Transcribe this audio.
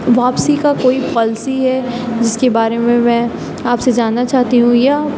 واپسی کا کوئی پالسی ہے جس کے بارے میں میں آپ سے جاننا چاہتی ہوں یا